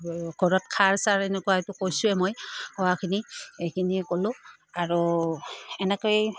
ঘৰত খাৰ চাৰ এনেকুৱা এইটো কৈছোঁৱে মই খোৱাখিনি এইখিনিয়ে ক'লোঁ আৰু এনেকৈ